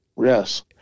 Yes